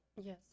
Yes